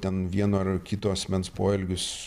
ten vieno ar kito asmens poelgius